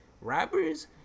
rappers